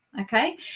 okay